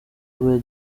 arwaye